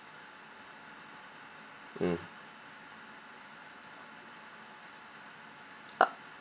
mm